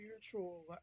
Spiritual